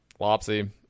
lopsy